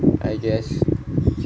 I guess